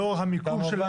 לאור המיקום שלו.